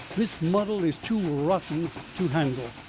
this muddle is too rotten to handle.